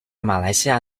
马来西亚